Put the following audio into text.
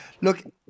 Look